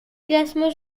classement